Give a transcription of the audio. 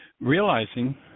realizing